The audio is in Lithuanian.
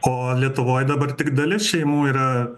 o lietuvoj dabar tik dalis šeimų yra